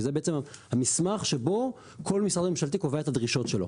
שזה בעצם המסמך שבו כל משרד ממשלתי קובע את הדרישות שלו.